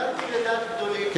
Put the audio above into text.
כיוונתי לדעת גדולים.